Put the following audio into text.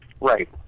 right